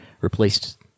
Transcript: replaced